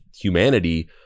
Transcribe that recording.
humanity